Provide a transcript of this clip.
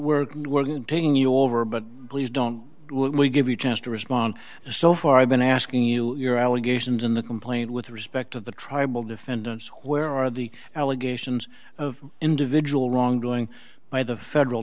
taking you over but please don't let me give you a chance to respond so far i've been asking you your allegations in the complaint with respect to the tribal defendants where are the allegations of individual wrongdoing by the federal